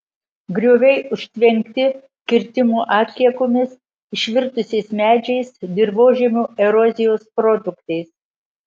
grioviai užtvenkti kirtimo atliekomis išvirtusiais medžiais dirvožemio erozijos produktais